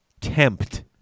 tempt